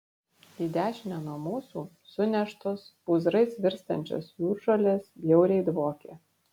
į dešinę nuo mūsų suneštos pūzrais virstančios jūržolės bjauriai dvokė